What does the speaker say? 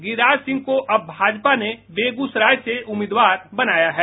गिरिराज सिंह को अब भाजपा ने बेगूसराय से उम्मीदवार बनाया है